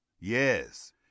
Yes